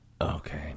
Okay